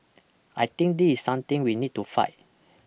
I think this is something we need to fight